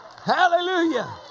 Hallelujah